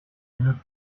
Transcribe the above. une